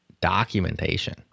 documentation